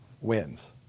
wins